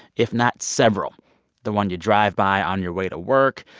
if not several the one you drive by on your way to work,